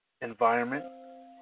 environment